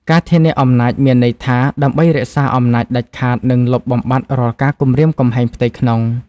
ការធានាអំណាចមានន័យថា ដើម្បីរក្សាអំណាចដាច់ខាត និងលុបបំបាត់រាល់ការគំរាមកំហែងផ្ទៃក្នុង។